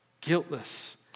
Guiltless